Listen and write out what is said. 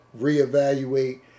reevaluate